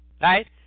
right